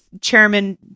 Chairman